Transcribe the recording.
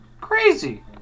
crazy